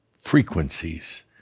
frequencies